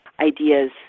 ideas